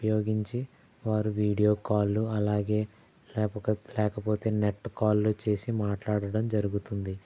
ఉపయోగించి వారు video call ఆలాగే లేకపోతే లేకపోతే నెట్ కాల్ చేసి మాట్లాడడం జరుగుతుంది